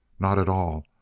not at all.